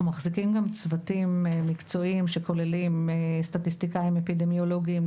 אנחנו גם מחזיקים צוותים מקצועיים שכוללים סטטיסטיקאים ואפידמיולוגים,